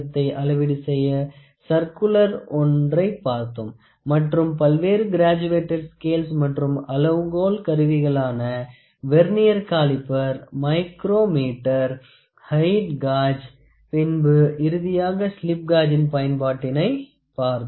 உயரத்தை அளவீடு செய்ய சர்க்குலர் ஒன்றைப் பார்த்தோம் மற்றும் பல்வேறு கிராஜுவேடட் ஸ்கேல்ஸ் மற்றும் அளவுகோல் கருவிகளான vernier caliper micrometer height gauge பின்பு இறுதியாக ஸ்லிப் காஜின் பயன்பாட்டினை பார்த்தோம்